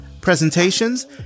presentations